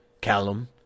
Callum